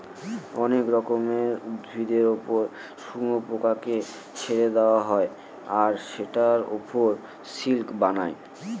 অনেক রকমের উদ্ভিদের ওপর শুয়োপোকাকে ছেড়ে দেওয়া হয় আর সেটার ওপর সিল্ক বানায়